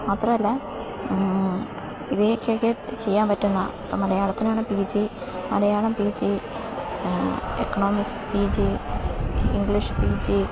മാത്രമല്ല ഇവയ്ക്കൊക്കെ ചെയ്യാൻ പറ്റുന്ന മലയാളത്തിനാണ് P G Malayalam P G economics P G English P G